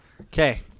okay